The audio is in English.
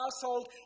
household